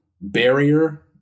barrier